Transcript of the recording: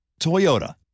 Toyota